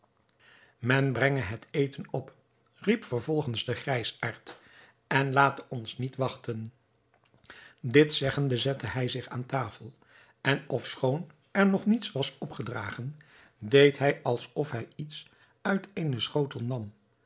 men brenge het eten op riep vervolgens de grijsaard en late ons niet wachten dit zeggende zette hij zich aan tafel en ofschoon er nog niets was opgedragen deed hij alsof hij iets uit eenen schotel nam